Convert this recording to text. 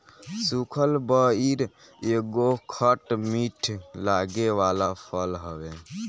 सुखल बइर एगो खट मीठ लागे वाला फल हवे